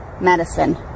medicine